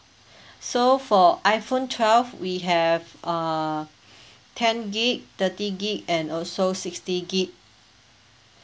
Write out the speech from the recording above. so for iphone twelve we have uh ten gig thirty gig and also sixty gig